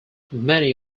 many